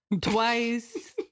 Twice